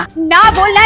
not